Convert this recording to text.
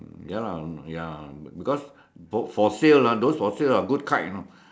ya lah ya because for sale ah those for sale are good kite you know